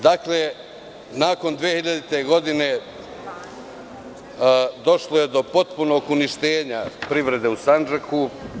Dakle, nakon 2000. godine došlo je do potpunog uništenja privrede u Sandžaku.